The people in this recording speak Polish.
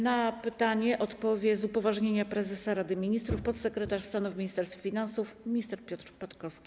Na pytanie odpowie, z upoważnienia prezesa Rady Ministrów, podsekretarz stanu w Ministerstwie Finansów, minister Piotr Patkowski.